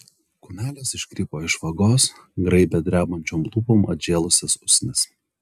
kumelės iškrypo iš vagos graibė drebančiom lūpom atžėlusias usnis